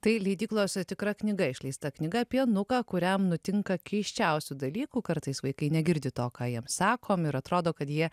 tai leidyklos tikra knyga išleista knyga apie nuką kuriam nutinka keisčiausių dalykų kartais vaikai negirdi to ką jiem sakom ir atrodo kad jie